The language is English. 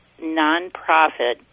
nonprofit